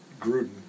Gruden